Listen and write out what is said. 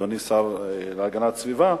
אדוני השר להגנת הסביבה,